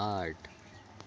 आठ